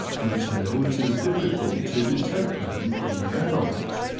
until it is difficut to detect them from the adult.